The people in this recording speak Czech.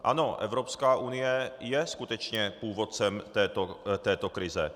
Ano, Evropská unie je skutečně původcem této krize.